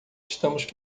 estamos